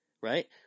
right